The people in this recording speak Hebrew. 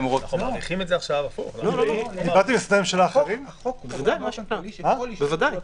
החוק קובע שכל אישור רגולטורי,